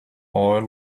oil